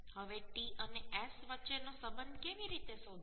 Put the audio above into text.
હવે T અને S વચ્ચેનો સંબંધ કેવી રીતે શોધવો